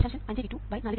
ഇത് V2 4 kilo Ω ആണ്